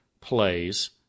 plays